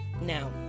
Now